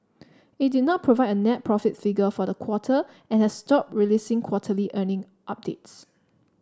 it did not provide a net profit figure for the quarter and has stopped releasing quarterly earning updates